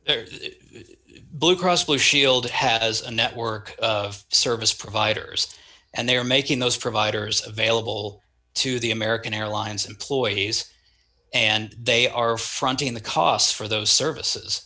there's blue cross blue shield has a network of service providers and they are making those providers available to the american airlines employees and they are fronting the costs for those services